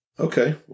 Okay